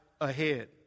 ahead